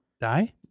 die